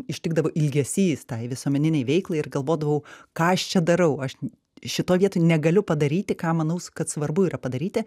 ištikdavo ilgesys tai visuomeninei veiklai ir galvodavau ką aš čia darau aš šitoj vietoj negaliu padaryti ką manau kad svarbu yra padaryti